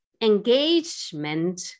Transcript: engagement